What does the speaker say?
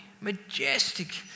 Majestic